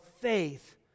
faith